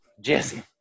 Jesse